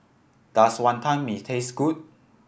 does Wonton Mee taste good